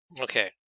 Okay